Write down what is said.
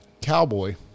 Cowboy